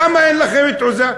למה אין לכם תעוזה?